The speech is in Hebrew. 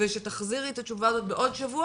ושתחזירי את התשובה הזאת בעוד שבוע